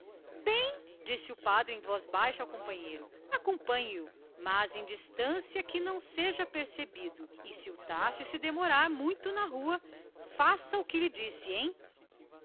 murmurou misteriosamente o padre ao companheiro siga o mas em distância que não seja percebido e se ele demorar-se muito na rua faça o que lhe disse